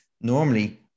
normally